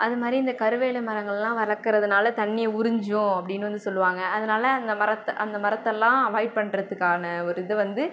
அது மாதிரி இந்த கருவேல மரங்களெலாம் வளர்க்கறதுனால தண்ணியை உறிஞ்சும் அப்படின்னு வந்து சொல்லுவாங்க அதனால அந்த மரத்தை அந்த மரத்தெயெல்லாம் அவாய்ட் பண்ணுறத்துக்கான ஒரு இது வந்து